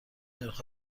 نرخ